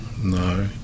No